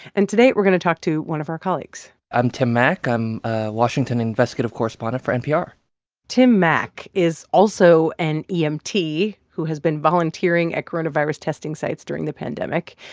and today, we're going to talk to one of our colleagues i'm tim mak. i'm a washington investigative correspondent for npr tim mak is also an yeah um emt who has been volunteering at coronavirus testing sites during the pandemic.